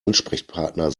ansprechpartner